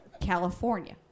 California